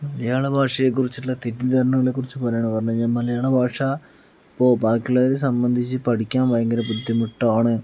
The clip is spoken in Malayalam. മലയാള ഭാഷയെ കുറിച്ചുള്ള തെറ്റിദ്ധാരണകളെക്കുറിച്ച് പറയാണ് പറഞ്ഞു കഴിഞ്ഞാൽ മലയാള ഭാഷ ഇപ്പോൾ ബാക്കിയുള്ളവരെ സംബന്ധിച്ച് പഠിക്കാൻ ഭയങ്കര ബുദ്ധിമുട്ടാണ്